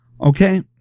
Okay